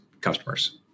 customers